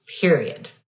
period